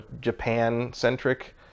Japan-centric